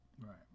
Right